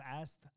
asked